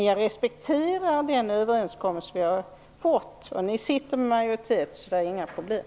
Jag respekterar den överenskommelse som vi har fått. Och ni sitter ju i majoritet, så det är inga problem.